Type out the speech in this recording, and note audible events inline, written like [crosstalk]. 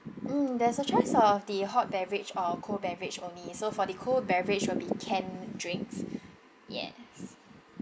mm there's a choice of the hot beverage or cold beverage only so for the cold beverage will be canned drinks [breath] yes